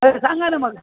सांगा ना मला